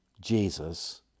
jesus